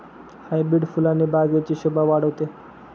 hybrid फुलाने बागेची शोभा वाढते